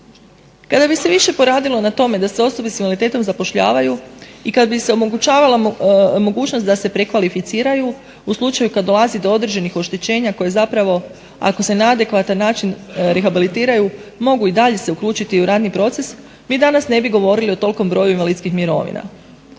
Kada bi se više poradilo na tome da se osobe sa invaliditetom zapošljavaju i kada bi se omogućavala mogućnost da se prekvalificiraju u slučaju kada dolazi do određenih oštećenja koje zapravo ako se na adekvatan način rehabilitiraju mogu i dalje se uključiti u radni proces, mi danas ne bi govorili o tolikom broju invalidskih mirovina.